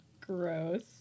gross